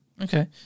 Okay